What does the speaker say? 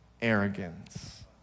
arrogance